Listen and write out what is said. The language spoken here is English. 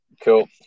Cool